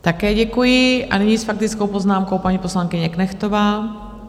Také děkuji A nyní s faktickou poznámkou paní poslankyně Knechtová.